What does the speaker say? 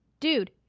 Dude